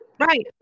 right